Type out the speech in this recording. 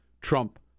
Trump